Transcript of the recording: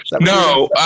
No